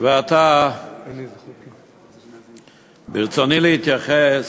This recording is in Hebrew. ועתה ברצוני להתייחס